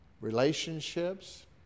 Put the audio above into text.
relationships